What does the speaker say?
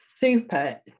super